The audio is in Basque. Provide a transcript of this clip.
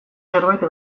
zerbait